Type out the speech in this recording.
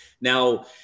Now